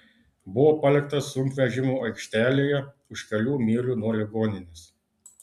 buvo paliktas sunkvežimių aikštelėje už kelių mylių nuo ligoninės